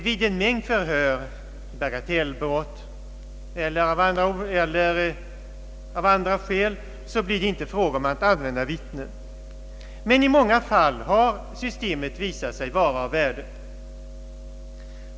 Vid en mängd förhör — det kan gälla bagatellbrott, skälen kan också vara andra — blir det inte fråga om att använda vittne, men i många fall har systemet visat sig vara av värde.